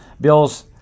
Bills